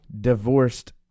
divorced